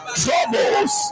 troubles